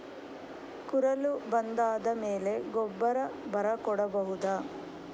ಕುರಲ್ ಬಂದಾದ ಮೇಲೆ ಗೊಬ್ಬರ ಬರ ಕೊಡಬಹುದ?